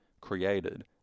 created